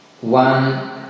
one